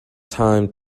time